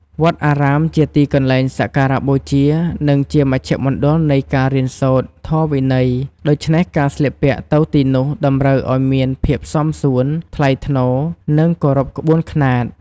វត្តអារាមជាទីកន្លែងសក្ការបូជា និងជាមជ្ឈមណ្ឌលនៃការរៀនសូត្រធម៌វិន័យ ដូច្នេះការស្លៀកពាក់ទៅទីនោះតម្រូវឱ្យមានភាពសមសួន ថ្លៃថ្នូរ និងគោរពក្បួនខ្នាត។